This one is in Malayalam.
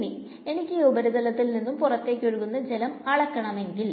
ഇനി എനിക്ക് ഈ ഉപരിതലത്തിൽ നിന്നും പുറത്തേക്ക് ഒഴുകുന്ന ജലം അലക്കണം എങ്കിൽ